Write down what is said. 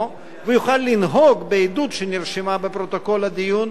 ויוכל לנהוג בעדות שנרשמה בפרוטוקול הדיון,